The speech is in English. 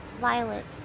Violet